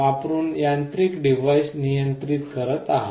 वापरुन यांत्रिक डिव्हाइस नियंत्रित करत आहात